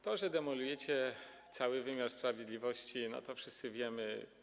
To, że demolujecie cały wymiar sprawiedliwości, wszyscy wiemy.